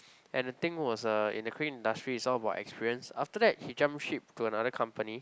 and the thing was uh in the crane industry it's all about experience after that he jump ship to another company